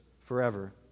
forever